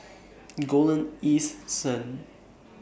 Golden East Sun